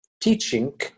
teaching